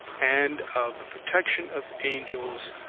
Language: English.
and of the protection of angels,